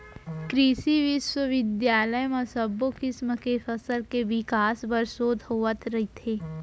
कृसि बिस्वबिद्यालय म सब्बो किसम के फसल के बिकास बर सोध होवत रथे